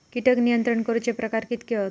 कीटक नियंत्रण करूचे प्रकार कितके हत?